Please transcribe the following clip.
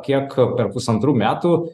kiek per pusantrų metų